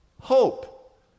hope